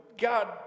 God